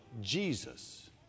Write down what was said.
Jesus